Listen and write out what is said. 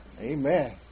Amen